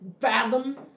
fathom